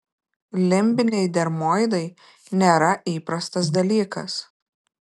limbiniai dermoidai nėra įprastas dalykas